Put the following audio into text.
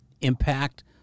impact